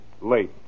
late